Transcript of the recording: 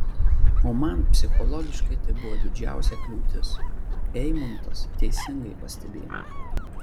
o man psichologiškai tai buvo didžiausia kliūtis eimuntas teisingai pastebėjo